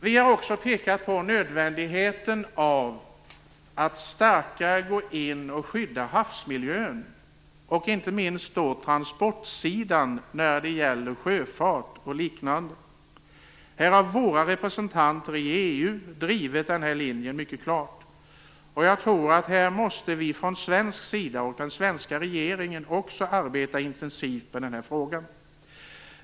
Vi har också pekat på nödvändigheten av att gå in och starkare skydda havsmiljön, och det gäller inte minst transportsidan - sjöfart och liknande. Våra representanter i EU har drivit den linjen mycket klart. Jag tror att vi från svensk sida och den svenska regeringen måste arbeta intensivt med den här frågan.